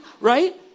right